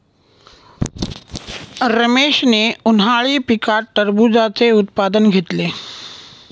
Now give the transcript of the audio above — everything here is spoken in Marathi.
रमेशने उन्हाळी पिकात टरबूजाचे उत्पादन घेतले